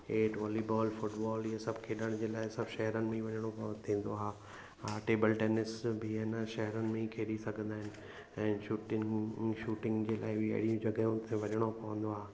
हेठि volleyball football ईअं सभु खेॾण जे लाइ सभु शहरनि में ई वञिणो थींदो आहे हा टैबल टैनिस बि न शहरनि में ई खेॾी सघंदा आहिनि ऐं शुटिंग शुटिंग जे लाइ बि अहिड़ियूं जॻहियूं ते वञिणो पवंदो आहे